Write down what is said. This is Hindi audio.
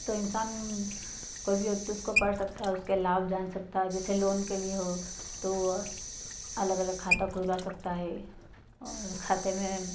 तो इंसान कोई भी व्यक्ति उसको पढ़ सकता है उसके लाभ जान सकता है जैसे लोन के लिए हो गया तो अलग अलग खाता खुलवा सकता है और खाते में